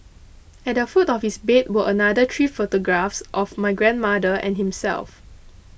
at the foot of his bed were another three photographs of my grandmother and himself